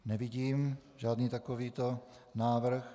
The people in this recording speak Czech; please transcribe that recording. Nevidím žádný takový návrh.